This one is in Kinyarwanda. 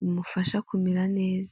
bumufasha kumera neza.